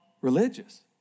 religious